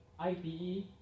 IPE